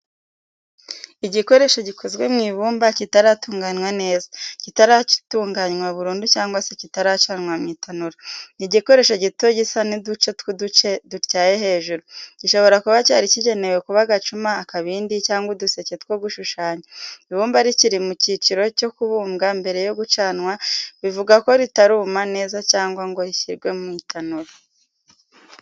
Igikoresho gikoze mu ibumba kitaratunganwa neza, kitaratunganywa burundu cyangwa se kitaracanwa mu itanura. Ni igikoresho gito gisa n’uduce tw’uduce dutyaye hejuru, gishobora kuba cyari kigenewe kuba agacuma, akabindi, cyangwa uduseke two gushushanya. Ibumba rikiri mu cyiciro cyo kubumbwa mbere yo gucanwa bivuga ko ritaruma neza cyangwa ngo rishyirwe mu itanura.